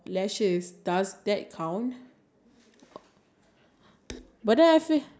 if you gonna put foundation on your eye then like the foundation will get on your eye or your lashes